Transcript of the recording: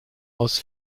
aus